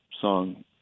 song